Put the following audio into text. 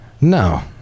no